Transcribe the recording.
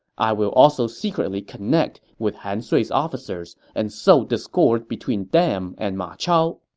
i will also secretly connect with han sui's officers and sow discord between them and ma chao.